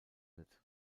wird